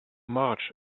march